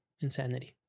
Insanity